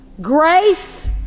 Grace